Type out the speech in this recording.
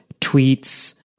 tweets